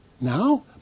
now